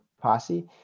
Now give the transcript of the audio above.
posse